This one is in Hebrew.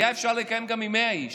היה אפשר לקיים אותה גם עם 100 איש.